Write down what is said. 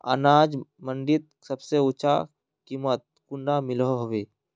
अनाज मंडीत सबसे ऊँचा कीमत कुंडा मिलोहो होबे?